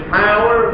power